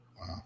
Wow